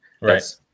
right